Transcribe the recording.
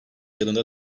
yılında